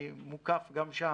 אני מוקף גם שם.